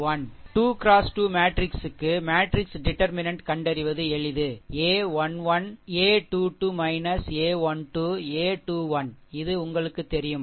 2 x 2 மேட்ரிக்ஸுக்கு matrix determinant கண்டறிவது எளிது a 1 1 a 2 2 a 1 2 a 21 இது உங்களுக்குத் தெரியும்